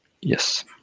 Yes